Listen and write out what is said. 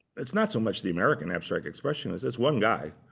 it's not so much the american abstract expressionists. it's one guy,